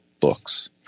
books